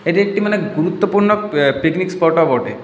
ওটি একটি মানে গুরুত্বপূর্ণ পিকনিক স্পটও বটে